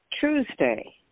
Tuesday